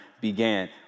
began